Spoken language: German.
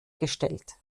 gestellt